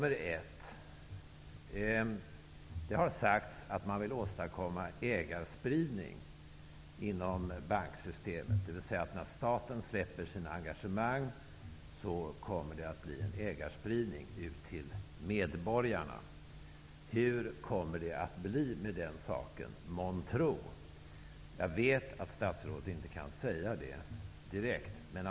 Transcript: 1.Det har sagts att man vill åstadkomma ägarspridning inom banksystemet, dvs. att det när staten släpper sina engagemang kommer att bli en spridning av ägandet till medborgarna. Hur kommer det månntro att bli med den saken? Jag vet att statsrådet inte kan ge ett direkt svar.